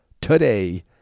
today